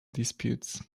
disputes